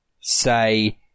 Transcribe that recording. say